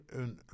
een